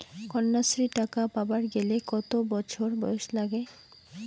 কন্যাশ্রী টাকা পাবার গেলে কতো বছর বয়স লাগে?